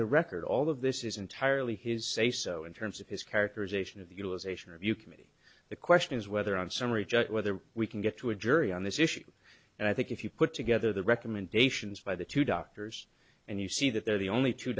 the record all of this is entirely his say so in terms of his characterization of the utilization review committee the question is whether on summary judge whether we can get to a jury on this issue and i think if you put together the recommendations by the two doctors and you see that they're the only two